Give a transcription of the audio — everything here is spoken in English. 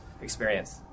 experience